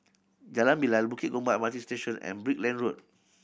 Jalan Bilal Bukit Gombak M R T Station and Brickland Road